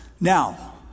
Now